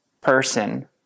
person